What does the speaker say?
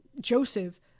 joseph